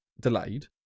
delayed